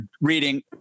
reading